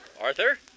Arthur